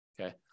Okay